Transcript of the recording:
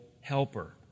helper